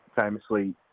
famously